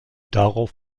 darauf